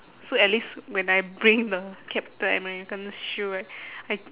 so at least when I bring the captain american's shield right I